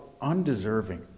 undeserving